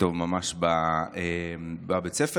טוב בבית ספר.